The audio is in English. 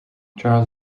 charles